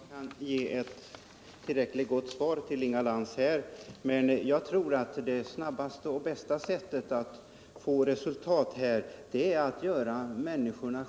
Herr talman! Jag vet inte om jag kan ge ett tillfredsställande svar till Inga Lantz, men jag tror att det snabbaste och bästa sättet att uppnå resultat är att låta